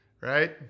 Right